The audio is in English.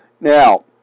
Now